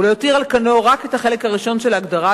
ולהותיר על כנו רק את החלק הראשון של ההגדרה,